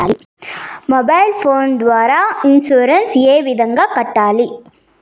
mobile phone ద్వారా insurance ఏ విధంగా కట్టాలి